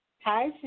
Hi